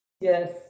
Yes